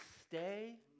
stay